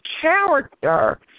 character